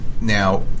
Now